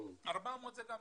גם 400 זה טוב.